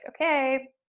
okay